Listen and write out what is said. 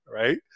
Right